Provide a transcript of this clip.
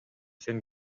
сен